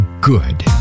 good